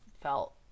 felt